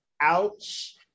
Ouch